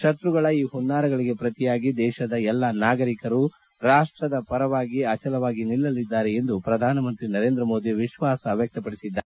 ತತುಗಳ ಈ ಹುನ್ನಾರಗಳಿಗೆ ಪ್ರತಿಯಾಗಿ ದೇಶದ ಎಲ್ಲ ನಾಗರಿಕರು ರಾಷ್ಟದ ಪರವಾಗಿ ಅಚಲವಾಗಿ ನಿಲ್ಲಲಿದ್ದಾರೆ ಎಂದು ಪ್ರಧಾನಮಂತ್ರಿ ನರೇಂದ್ರ ಮೋದಿ ಹೇಳಿದ್ದಾರೆ